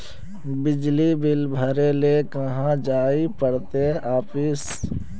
बिजली बिल भरे ले कहाँ जाय पड़ते ऑफिस?